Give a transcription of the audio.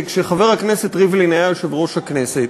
כשחבר הכנסת ריבלין היה יושב-ראש הכנסת,